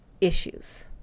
issues